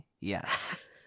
Yes